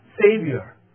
Savior